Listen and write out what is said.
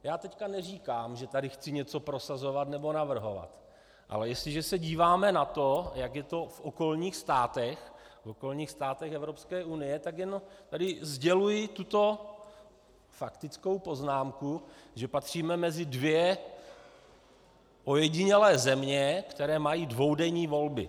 Já teď neříkám, že tady chci něco prosazovat nebo navrhovat, ale jestliže se díváme na to, jak je v okolních státech Evropské unie, tak jen tady sděluji tuto faktickou poznámku, že patříme mezi dvě ojedinělé země, které mají dvoudenní volby.